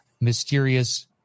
mysterious